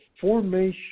formation